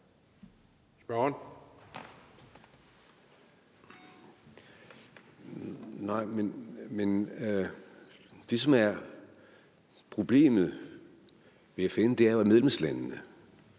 (SF): Nej, men det, som er problemet med FN, er jo, at medlemslandene